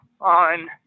on